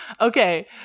Okay